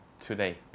today